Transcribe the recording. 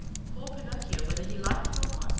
poor pinocchio, whether he liked it or not,